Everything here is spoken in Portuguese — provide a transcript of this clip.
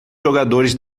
jogadores